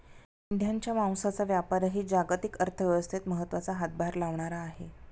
मेंढ्यांच्या मांसाचा व्यापारही जागतिक अर्थव्यवस्थेत महत्त्वाचा हातभार लावणारा आहे